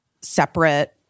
separate